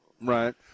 right